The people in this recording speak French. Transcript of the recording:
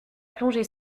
plongée